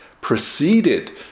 proceeded